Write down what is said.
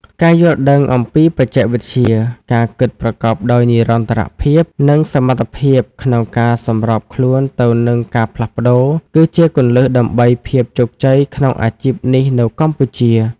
ការយល់ដឹងអំពីបច្ចេកវិទ្យា ការគិតប្រកបដោយនិរន្តរភាព និងសមត្ថភាពក្នុងការសម្របខ្លួនទៅនឹងការផ្លាស់ប្តូរ គឺជាគន្លឹះដើម្បីភាពជោគជ័យក្នុងអាជីពនេះនៅកម្ពុជា។